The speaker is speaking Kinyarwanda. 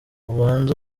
ubanze